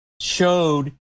showed